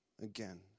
again